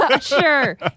Sure